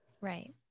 Right